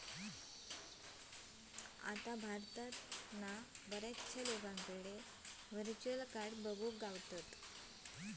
आता भारतात बऱ्याचशा लोकांकडे व्हर्चुअल कार्ड बघुक गावतत